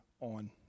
on